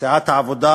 סיעת העבודה,